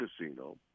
casino